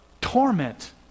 torment